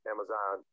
Amazon